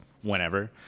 whenever